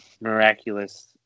miraculous